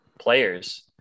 players